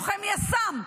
לוחם יס"מ,